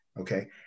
okay